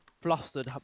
flustered